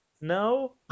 No